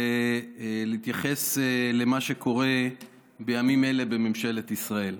ולהתייחס למה שקורה בימים אלה בממשלת ישראל.